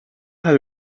have